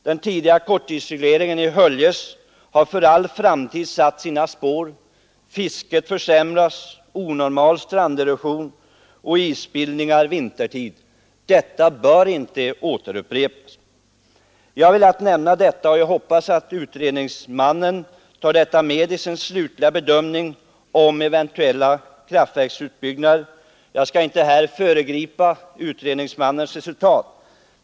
Den tidigare korttidsregleringen i Höljes har för all framtid satt sina spår — försämring av fisket, onormal stranderosion och isbildningar vintertid. Detta bör inte upprepas. Jag hoppas att utredningsmannen tar med detta i sin slutliga bedömning av eventuella kraftverksutbyggnader. Jag skall inte här föregripa utredningsmannen.